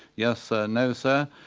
yes sir, no sir',